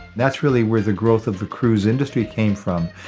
that's really where the growth of the cruise industry came from,